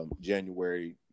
January